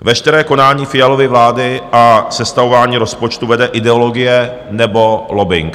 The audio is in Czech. Veškeré konání Fialovy vlády a sestavování rozpočtu vede ideologie nebo lobbing.